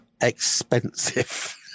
expensive